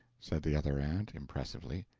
said the other aunt, impressively,